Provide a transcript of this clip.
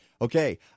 Okay